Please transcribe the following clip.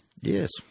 Yes